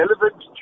relevant